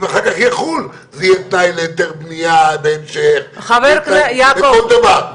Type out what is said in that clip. היטל השבחה ומס השבחה זה